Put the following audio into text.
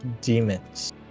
demons